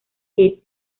heath